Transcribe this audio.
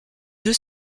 deux